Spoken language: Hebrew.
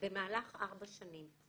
- במהלך ארבע שנים.